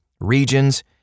Regions